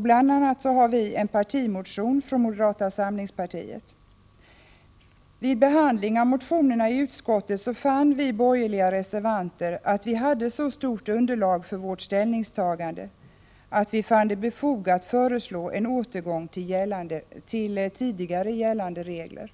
bl.a. i en partimotion från moderata samlingspartiet. Vid behandling av motionerna i utskottet tyckte vi borgerliga reservanter att vi hade så stort underlag för vårt ställningstagande att vi fann det befogat att föreslå en återgång till tidigare gällande regler.